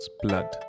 Blood